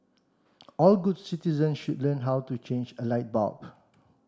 all good citizen should learn how to change a light bulb